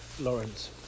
Lawrence